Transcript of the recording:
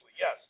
yes